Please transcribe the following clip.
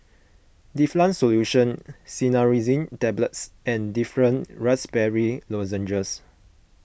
Difflam Solution Cinnarizine Tablets and Difflam Raspberry Lozenges